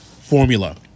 formula